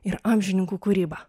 ir amžininkų kūryba